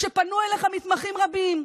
שפנו אליך מתמחים רבים,